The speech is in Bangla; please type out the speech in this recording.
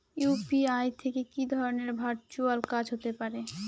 ইউ.পি.আই থেকে কি ধরণের ভার্চুয়াল কাজ হতে পারে?